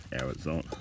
arizona